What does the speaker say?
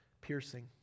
piercing